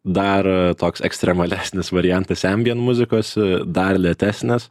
dar toks ekstremalesnis variantas ambijent muzikos dar lėtesnis